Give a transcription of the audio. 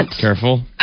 Careful